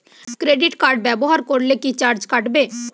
Credit card ব্যাবহার করলে কি চার্জ কাটবে?